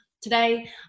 Today